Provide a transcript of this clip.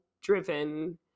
driven